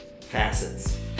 facets